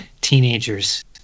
teenagers